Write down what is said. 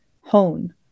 hone